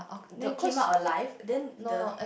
then came out alive then the